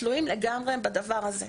תלויים לגמרי בדבר הזה.